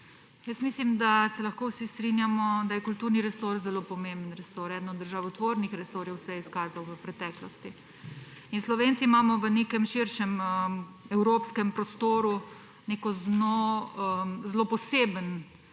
Mislim, da se lahko vsi strinjamo, da je kulturni resor zelo pomemben resor, kot eden od državotvornih resorjev se je izkazal v preteklosti. Slovenci imamo v nekem širšem evropskem prostoru nek zelo poseben,